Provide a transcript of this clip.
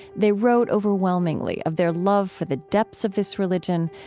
they wrote overwhelmingly of their love for the depths of this religion,